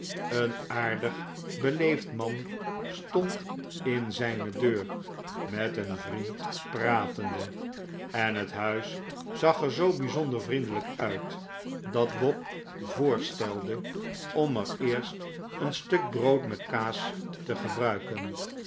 een aardig beleefd man storid in zijne deur met een vriend pratende en het huis zag er zoo bijzonder vriendelijk uit dat bob voorstelde om er eerst een stuk brood met kaas te gebruiken